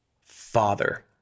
Father